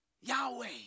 Yahweh